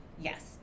Yes